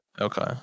Okay